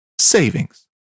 savings